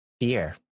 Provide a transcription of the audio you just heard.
Fear